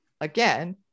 again